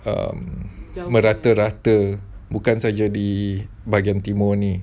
um merata-rata bukan saja di bahagian timur ini